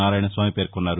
నారాయణస్వామి పేర్కొన్నారు